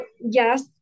yes